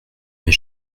mes